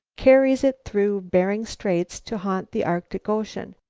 carries it through bering straits to haunt the arctic ocean,